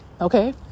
okay